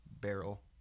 barrel